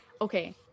okay